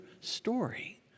story